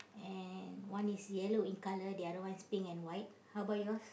and one is yellow in colour the other one is pink and white how about yours